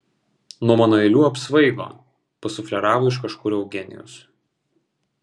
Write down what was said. nuo mano eilių apsvaigo pasufleravo iš kažkur eugenijus